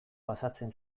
pasatzen